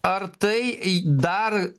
ar tai dar